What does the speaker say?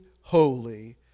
holy